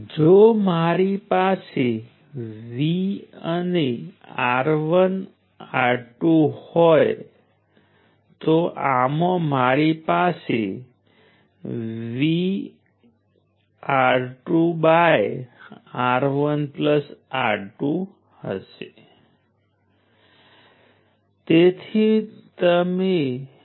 તેથી જ્યારે 2 વોલ્ટ રઝિસ્ટરની આજુબાજુ હોય ત્યારે આમાં dissipated power 2 volt × 2 milli amps છે જે 4 મિલી વોટ્સ છે